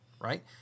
Right